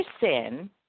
sin